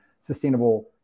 sustainable